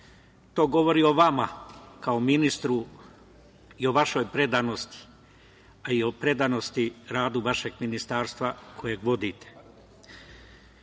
to govori o vama kao ministru i o vašoj prednosti, a i o predanosti radu vašeg Ministarstva kojeg vodite. Pošto